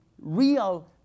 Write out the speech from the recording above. real